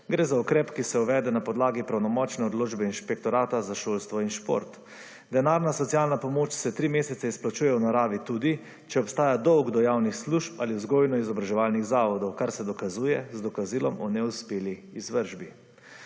Gre za ukrep, ki se uvede na podlagi pravnomočne odločbe inšpektorata za šolstvo in šport. Denarna socialna pomoč se tri mesece izplačuje v naravi tudi, če obstaja dolg do javnih služb ali vzgojno-izobraževalnih zavodov, kar se dokazuje z dokazilom o neuspeli izvršbi.